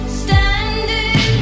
standing